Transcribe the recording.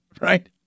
Right